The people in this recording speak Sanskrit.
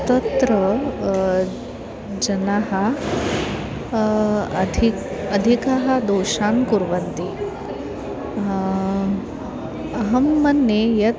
तत्र जनाः अधिकान् अधिकान् दोषान् कुर्वन्ति अहं मन्ये यत्